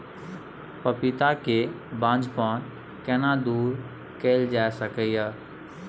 पपीता के बांझपन केना दूर कैल जा सकै ये?